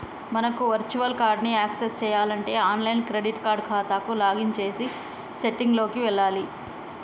మనకు virtual card ని access చేయాలంటే ఆన్లైన్ క్రెడిట్ కార్డ్ ఖాతాకు లాగిన్ చేసి సెట్టింగ్ లోకి వెళ్లాలి